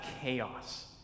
chaos